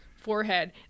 forehead